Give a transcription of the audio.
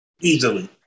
easily